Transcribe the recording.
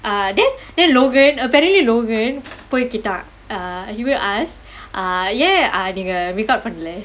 ah then then logan apparently logan போய் கேட்டான்:poi kaettaan err he go and ask err ya ஏன் நீங்க:yaen neenga make out பண்ணலே:pannalae